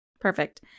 Perfect